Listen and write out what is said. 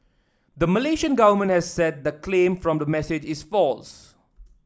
the Malaysian government has said the claim from the message is false